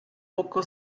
poco